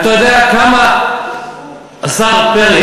השר פרי,